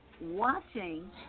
watching